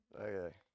Okay